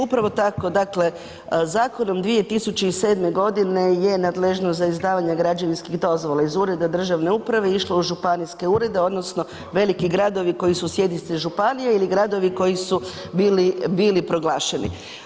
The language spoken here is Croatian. Upravi tako, dakle, zakonom 2007. g. je nadležnost za izdavanje građevinskih dozvola iz ureda državne uprave išlo u županijske urede odnosno veliki gradovi koji su sjedišta županije ili gradovi koji su bili proglašeni.